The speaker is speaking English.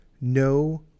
no